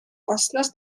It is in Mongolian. болсноос